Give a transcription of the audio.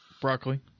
Broccoli